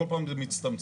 כל פעם זה מצטמצם.